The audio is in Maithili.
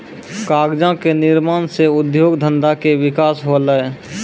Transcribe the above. कागजो क निर्माण सँ उद्योग धंधा के विकास होलय